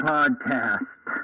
Podcast